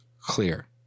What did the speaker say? Clear